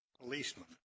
policeman